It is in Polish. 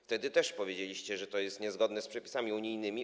Wtedy też powiedzieliście, że to jest niezgodne z przepisami unijnymi.